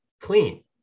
clean